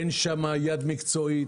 אין שם יד מקצועית.